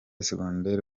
secondaire